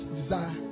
desire